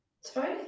Sorry